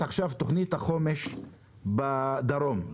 תוכנית החומש בנגב, בדרום.